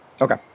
Okay